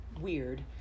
weird